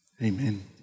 Amen